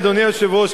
אדוני היושב-ראש,